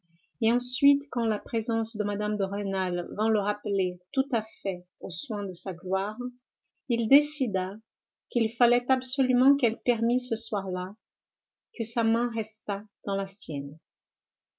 et ensuite quand la présence de mme de rênal vint le rappeler tout à fait aux soins de sa gloire il décida qu'il fallait absolument qu'elle permît ce soir-là que sa main restât dans la sienne